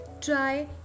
Try